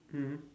mmhmm